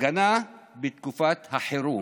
הפגנה בתקופת החירום.